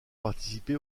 participé